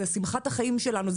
זה שמחת החיים שלנו,